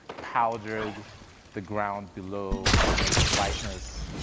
powdered the ground below you know with whiteness.